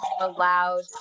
allowed